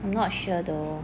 I'm not sure though